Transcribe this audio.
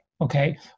okay